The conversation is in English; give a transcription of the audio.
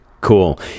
Cool